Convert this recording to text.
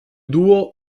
duo